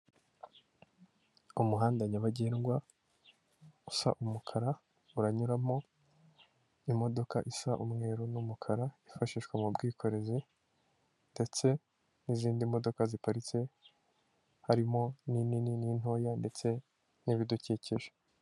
Umuhanda nyabagendwa usa umukara uranyuramo imodoka isa umweru n'umukara yifashishwa mu bwikorezi, ndetse n'izindi modoka ziparitse harimo n'inini n'intoya ndetse n'ibidukikije.